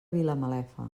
vilamalefa